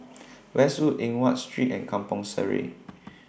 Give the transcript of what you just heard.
Westwood Eng Watt Street and Kampong Sireh